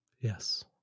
Yes